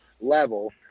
level